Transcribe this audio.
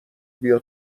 بیا